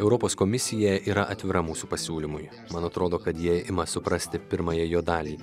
europos komisija yra atvira mūsų pasiūlymui man atrodo kad jie ima suprasti pirmąją jo dalį